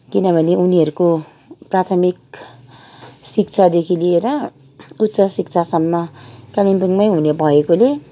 किनभने उनीहरू को प्राथमिक शिक्षादेखि लिएर उच्च शिक्षासम्म कालिम्पोङमै हुने भएकोले